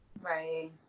right